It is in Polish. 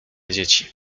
dzieci